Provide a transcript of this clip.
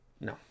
no